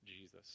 Jesus